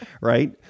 right